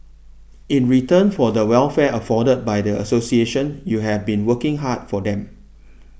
in return for the welfare afforded by the association you have been working hard for them